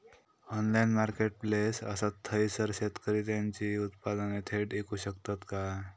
Online marketplace असा थयसर शेतकरी त्यांची उत्पादने थेट इकू शकतत काय?